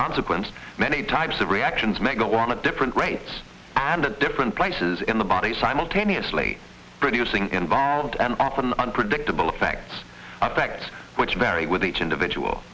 consequence many types of reactions may go on a different rates added at different places in the body simultaneously producing involved and often unpredictable effects effect which vary with each individual